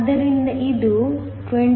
ಆದ್ದರಿಂದ ಇದು21